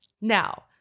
Now